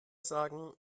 sagen